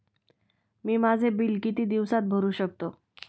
मी माझे बिल किती दिवसांत भरू शकतो?